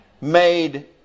made